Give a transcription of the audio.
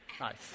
Nice